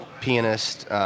pianist